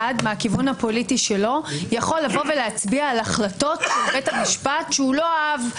מהכיוון הפוליטי שלו יכול להצביע על החלטות של בית המשפט שלא אהב.